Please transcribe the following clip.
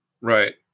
Right